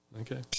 Okay